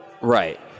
Right